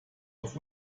auf